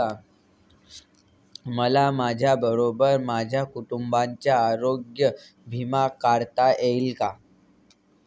मला माझ्याबरोबर माझ्या कुटुंबाचा आरोग्य विमा काढता येईल का?